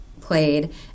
played